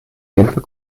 genfer